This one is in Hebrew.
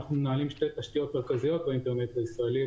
אנחנו מנהלים שתי תשתיות מרכזיות באינטרנט הישראלי,